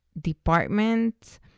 department